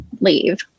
leave